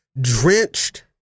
drenched